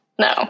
no